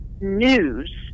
news